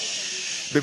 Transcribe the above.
אפשרות להסתגל.